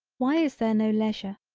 why is there no leisure.